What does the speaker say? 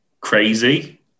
crazy